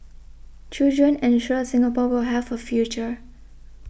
children ensure Singapore will have a future